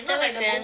damn sian